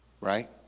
right